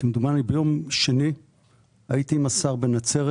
ביום שני הייתי עם השר בנצרת.